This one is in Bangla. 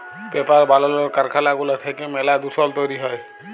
পেপার বালালর কারখালা গুলা থ্যাইকে ম্যালা দুষল তৈরি হ্যয়